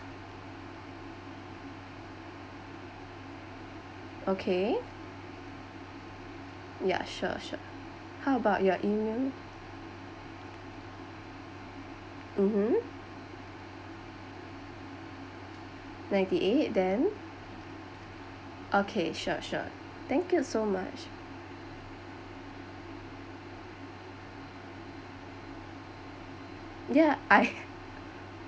okay yeah sure sure how about your email mmhmm ninety eight then okay sure sure thank you so much yeah I